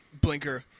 blinker